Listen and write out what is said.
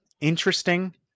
interesting